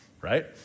right